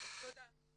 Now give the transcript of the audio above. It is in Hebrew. תודה.